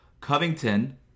Covington